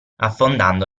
affondando